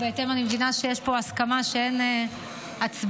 אני מבינה שיש פה הסכמה שאין הצבעה.